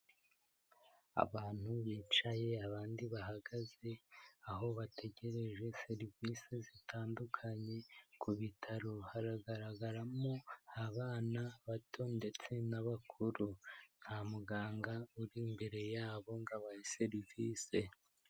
Abantu bicaye abandi bahagaze, aho bategereje serivisi zitandukanye, ku bitaro haragaragaramo abana bato ndetse n'abakuru. Nta muganga uri imbere yabo ngo abahe serivise.